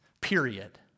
period